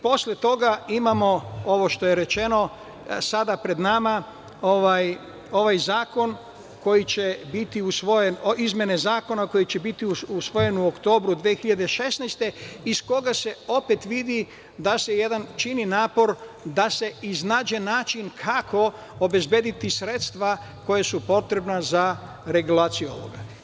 Posle toga imamo ovo što je rečeno sada pred nama ove izmene zakona, koje će biti usvojene u oktobru 2016. godine iz kojih se opet vidi da se čini napor da se iznađe način kako obezbediti sredstva koje su potrebna za regulaciju ovoga.